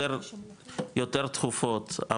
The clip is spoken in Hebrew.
יותר תכופות,